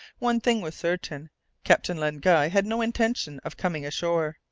one thing was certain captain len guy had no intention of coming ashore.